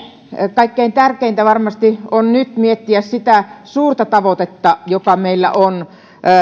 kaikkein tärkeintä varmasti on nyt miettiä sitä suurta tavoitetta joka meillä on